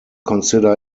consider